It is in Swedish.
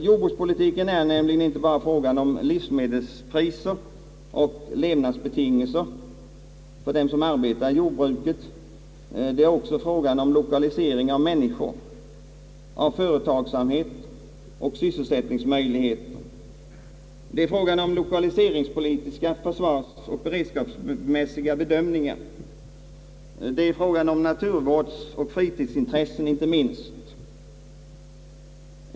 Jordbrukspolitiken är nämligen inte bara frågan om livsmedelspriser och levnadsbetingelser för dem som arbetar i jordbruket. Det är också frågan om lokalisering av människor, av företagsamhet och sysselsättningsmöjligheter. Det är frågan om lokaliseringspolitiska, försvarsoch beredskapsmässiga be dömningar. Det är fråga om naturvårdsoch fritidsintressen inte minst.